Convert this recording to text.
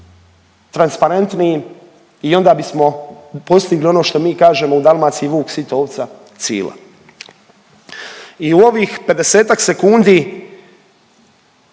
transparentnijim i onda bismo postigli ono što mi kažemo u Dalmaciji vuk sit ovca cila. I u ovih 50-ak sekundi